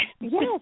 yes